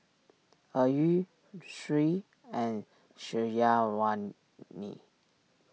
Ayu Sri and Syazwani